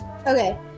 Okay